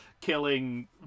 killing